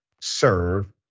serve